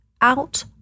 Out